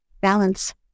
Balance